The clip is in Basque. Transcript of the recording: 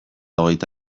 hogeita